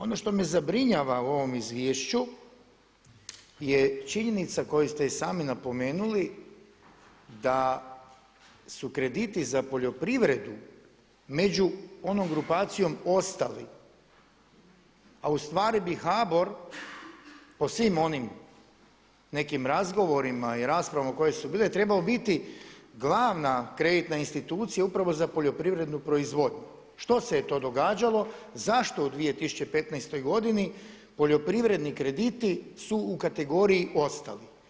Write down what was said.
Ono što me zabrinjava u ovome izvješću je činjenica koju ste i sami napomenuli da su krediti za poljoprivredu među onom grupacijom Ostali, a ustvari bi HBOR po svim onim nekim razgovorima i raspravama koje su bile trebao biti glavna kreditna institucija upravo za poljoprivrednu proizvodnju, što se je to događalo, zašto u 2015. godini poljoprivredni krediti su u kategoriji Ostali?